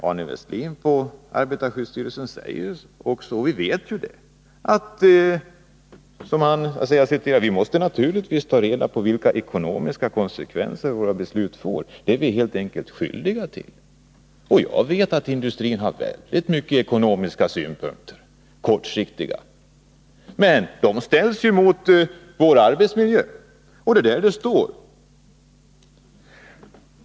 Arne Westlin på arbetarskyddsstyrelsen säger också: Vi måste naturligtvis ta reda på vilka ekonomiska konsekvenser våra beslut får. Det är vi helt enkelt skyldiga till. Jag vet att industrin har många synpunkter som har ekonomisk grund men som är kortsiktiga. De synpunkterna älls mot vår arbetsmiljö, och det är där vi befinner oss.